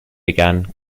began